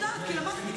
תודה רבה.